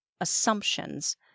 assumptions